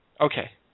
Okay